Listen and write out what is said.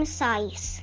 size